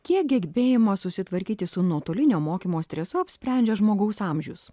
kiek gebėjimo susitvarkyti su nuotolinio mokymo stresu apsprendžia žmogaus amžius